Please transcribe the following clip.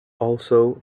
also